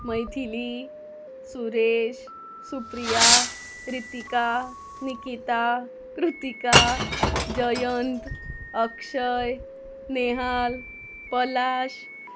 Maithili Suresh Supriya Ritika Nikita Kritika Jayant Akshay Nehal Palash